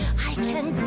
i can